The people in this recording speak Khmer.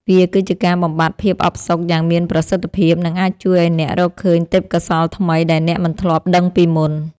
វាគឺជាការបំបាត់ភាពអផ្សុកយ៉ាងមានប្រសិទ្ធភាព និងអាចជួយឱ្យអ្នករកឃើញទេពកោសល្យថ្មីដែលអ្នកមិនធ្លាប់ដឹងពីមុន។